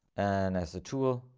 and as a tool,